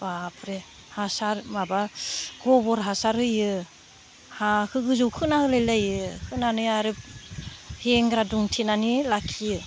बाफरे हासार माबा गोबोर हासार होयो हाखो गोजौ खोना होलाय लायो खोनानै आरो हेंग्रा दुमथेनानै लाखियो